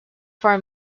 for